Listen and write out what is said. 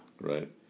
Right